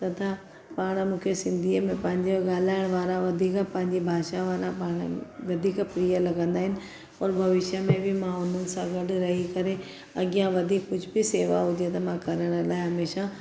तथा पाणि मूंखे सिंधीअ में पंहिंजे ॻाल्हाइण वारा वधीक पंहिंजी भाषा पाणि वारा वधीक प्रिय लॻंदा आहिनि पर भविष्य में बि मां हुननि सां गॾ रही करे अॻियां वधीक कुझु बि सेवा हुजे त मां करण लाइ हमेशह